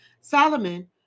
Solomon